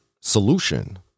solution